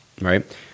right